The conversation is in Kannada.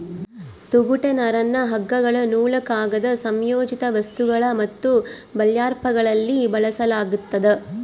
ತೊಗಟೆ ನರನ್ನ ಹಗ್ಗಗಳು ನೂಲು ಕಾಗದ ಸಂಯೋಜಿತ ವಸ್ತುಗಳು ಮತ್ತು ಬರ್ಲ್ಯಾಪ್ಗಳಲ್ಲಿ ಬಳಸಲಾಗ್ತದ